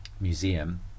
museum